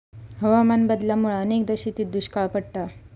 हवामान बदलामुळा अनेकदा शेतीत दुष्काळ पडता